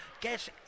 get